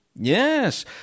Yes